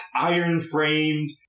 iron-framed